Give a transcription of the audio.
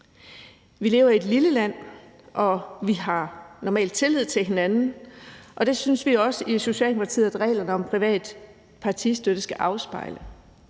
Vi lever i et lille land, og vi har normalt tillid til hinanden, og det synes vi også i Socialdemokratiet reglerne om privat partistøtte skal afspejle.